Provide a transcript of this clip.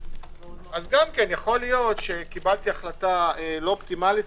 יכול להיות שקיבלתי החלטה לא אופטימלית,